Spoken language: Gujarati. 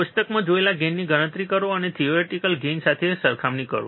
કોષ્ટકમાં જોવાયેલા ગેઇનની ગણતરી કરો અને તેની થિયોરિટીકલ ગેઇન સાથે સરખામણી કરો